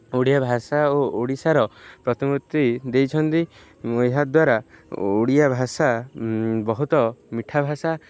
ଓଡ଼ିଆ ଭାଷା ଓ ଓଡ଼ିଶାର ପ୍ରତିମୂର୍ତ୍ତି ଦେଇଛନ୍ତି ଓ ଏହା ଦ୍ୱାରା ଓଡ଼ିଆ ଭାଷା ବହୁତ ମିଠା ଭାଷା